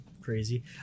crazy